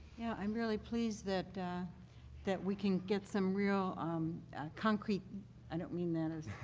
yeah i am really pleased that that we can get some real um concrete i don't mean that at